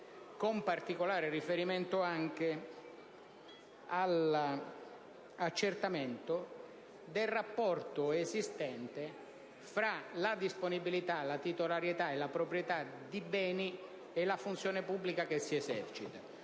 con particolare riferimento anche all'accertamento del rapporto esistente fra la disponibilità, la titolarità e la proprietà di beni e la funzione pubblica che si esercita.